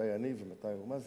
"מתי אני" ו"מתי מה"?